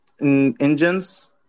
engines